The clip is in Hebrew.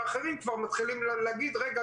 ואחרים כבר מתחילים להגיד: רגע,